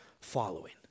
following